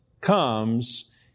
comes